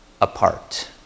apart